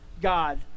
God